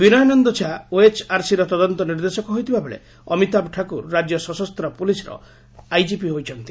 ବିନୟନନ୍ଦ ଝା ଓଏଚଆରସିର ତଦନ୍ତ ନିର୍ଦ୍ଦେଶକ ହୋଇଥିବାବେଳେ ଅମିତାବ ଠାକୁର ରାଜ୍ୟ ସଶସ୍ତ ପୋଲିସର ଆଇଜିପି ହୋଇଛନ୍ତି